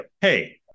Hey